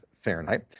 Fahrenheit